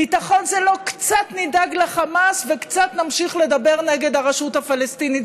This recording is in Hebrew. ביטחון זה לא: קצת נדאג לחמאס וקצת נמשיך לדבר נגד הרשות הפלסטינית,